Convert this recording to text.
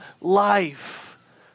life